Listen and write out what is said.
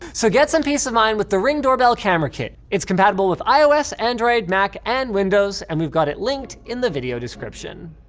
so get some peace of mind with the ring doorbell camera kit. it's compatible with ios, android, mac and windows, and we've got it linked in the video description.